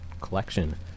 collection